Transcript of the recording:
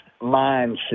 mindset